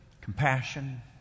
Compassion